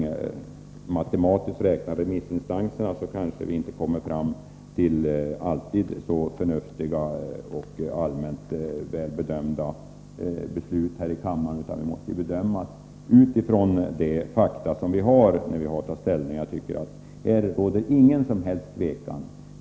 Om vi nöjde oss med att bara räkna remissinstanserna när vi har att ta ställning, skulle vi nog inte alltid komma fram till så förnuftiga beslut här i kammaren, utan vi måste bedöma frågorna med ledning av de fakta som föreligger. Här råder ingen som helst tvekan.